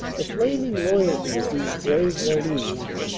the flaming loyalty of these brave walloons,